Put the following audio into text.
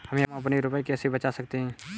हम अपने रुपये कैसे बचा सकते हैं?